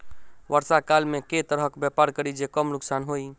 वर्षा काल मे केँ तरहक व्यापार करि जे कम नुकसान होइ?